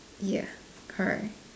ya correct